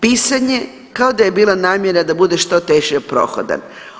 Pisan je kao da je bila namjera da bude što teže prohodan.